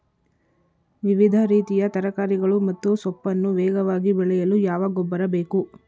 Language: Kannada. ವಿವಿಧ ರೀತಿಯ ತರಕಾರಿಗಳು ಮತ್ತು ಸೊಪ್ಪನ್ನು ವೇಗವಾಗಿ ಬೆಳೆಯಲು ಯಾವ ಗೊಬ್ಬರ ಬೇಕು?